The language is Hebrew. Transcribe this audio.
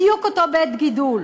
בדיוק אותו בית גידול.